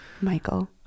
Michael